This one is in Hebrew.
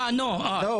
אה, No?